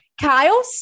Kyle